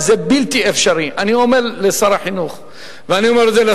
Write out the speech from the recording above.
כאשר הם כבר תובעים את הקבלן, עד